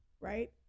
right